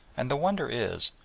and the wonder is,